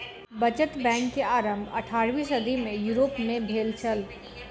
बचत बैंक के आरम्भ अट्ठारवीं सदी में यूरोप में भेल छल